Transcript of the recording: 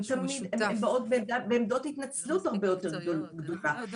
הן תמיד באות בעמדת התנצלות הרבה יותר גדולה.